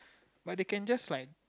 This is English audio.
but they can just like